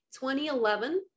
2011